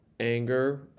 anger